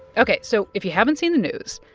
ok. so if you haven't seen the news,